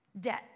Debt